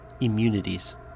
Immunities